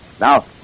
Now